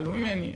יגעלו ממני,